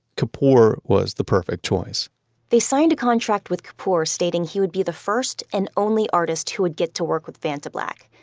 kapoor was the perfect choice they signed a contract with kapoor stating he would be the first and only artist who would get to work with vantablack.